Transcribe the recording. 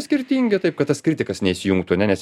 skirtingi taip kad tas kritikas nesijungtų ane nes